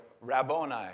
Rabboni